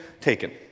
taken